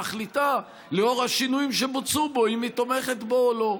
שמחליטה לאור השינויים שבוצעו בו אם היא תומכת בו או לא.